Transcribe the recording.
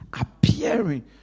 appearing